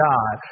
God